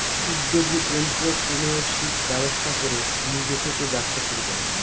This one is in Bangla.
উদ্যোগী এন্ট্ররপ্রেনিউরশিপ ব্যবস্থা করে নিজে থেকে ব্যবসা শুরু করে